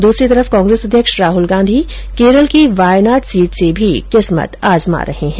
दूसरो तरफ कांग्रेस अध्यक्ष राहल गांधी केरल की वायनाड सीट से किस्मत आजमा रहे है